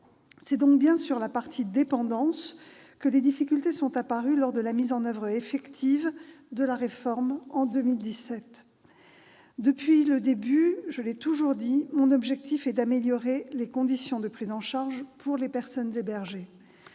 qui concerne la partie dépendance que les difficultés sont apparues lors la mise en oeuvre effective de la réforme en 2017. Depuis le début, je l'ai toujours dit, mon objectif est d'améliorer les conditions de prise en charge pour les personnes hébergées.